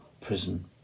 prison